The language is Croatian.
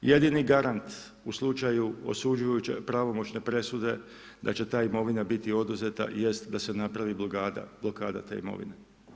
Jedini garant u slučaju osuđujuće pravomoćne presude da će ta imovina biti oduzeta jest da se napravi blokada te imovine.